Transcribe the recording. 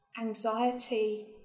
anxiety